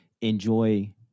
enjoy